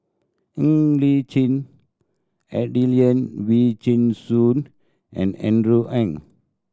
Ng Li Chin Adelene Wee Chin Suan and Andrew Ang